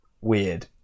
weird